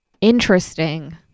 Interesting